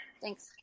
Thanks